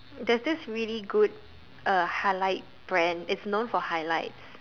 there's this really uh good highlight brand it's knows for highlights